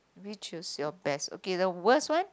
me choose your best okay the worst one